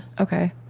Okay